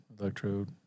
electrode